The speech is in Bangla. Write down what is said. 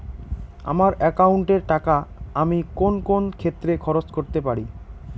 আমার একাউন্ট এর টাকা আমি কোন কোন ক্ষেত্রে খরচ করতে পারি?